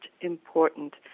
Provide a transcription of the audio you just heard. important